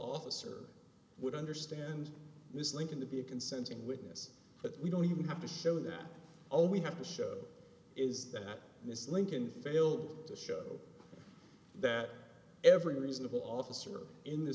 officer would understand ms lincoln to be a consenting witness but we don't even have to show that only have to show is that this lincoln failed to show that every reasonable officer in th